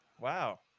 wow